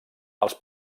els